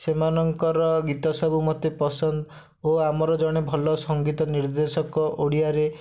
ସେମାନଙ୍କର ଗୀତ ସବୁ ମୋତେ ପସନ୍ଦ ଓ ଆମର ଜଣେ ଭଲ ସଙ୍ଗୀତ ନିର୍ଦ୍ଦେଶକ ଓଡ଼ିଆରେ